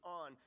on